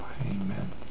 Amen